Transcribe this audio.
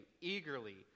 eagerly